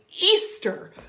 Easter